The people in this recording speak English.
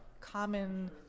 common